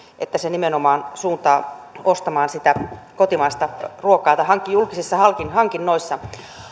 että se nimenomaan suuntaa ostamaan sitä kotimaista ruokaa julkisissa hankinnoissa